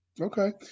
okay